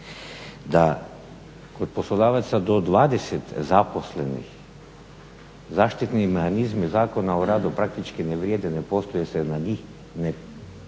Da kod poslodavaca do 20 zaposlenih zaštitni mehanizmi Zakona o radu praktički ne vrijede, ne postoje jer se na njih ne